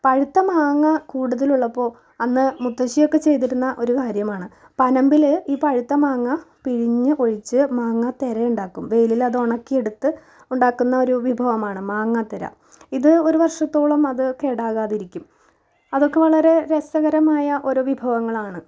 പഴുത്ത മാങ്ങ കൂടുതൽ ഉള്ളപ്പോൾ അന്ന് മുത്തശ്ശിയൊക്കെ ചെയ്തിരുന്ന ഒരു കാര്യമാണ് പനമ്പിൽ ഈ പഴുത്ത മാങ്ങ പിഴിഞ്ഞ് ഒഴിച്ച് മാങ്ങാ തെര ഉണ്ടാക്കും വെയിലത്ത് ഉണക്കിയെടുത്ത് ഉണ്ടാക്കുന്നൊരു വിഭവമാണ് മാങ്ങാ തെര ഇത് ഒരു വർഷത്തോളം അത് കേടാകാതെ ഇരിക്കും അതൊക്കെ വളരെ രസകരമായ ഒരോ വിഭവങ്ങളാണ്